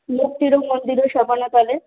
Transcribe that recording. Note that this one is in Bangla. মুক্তিরও মন্দিরও সোপান তলে